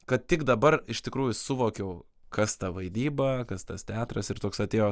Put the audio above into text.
kad tik dabar iš tikrųjų suvokiau kas ta vaidyba kas tas teatras ir toks atėjo